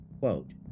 quote